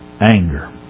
anger